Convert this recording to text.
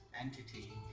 entity